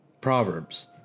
Proverbs